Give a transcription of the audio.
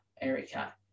Erica